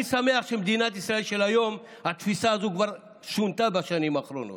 אני שמח שבמדינת ישראל של היום התפיסה הזו כבר שונתה בשנים האחרונות,